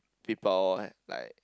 people like